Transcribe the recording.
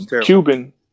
Cuban